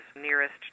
nearest